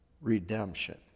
redemption